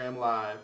live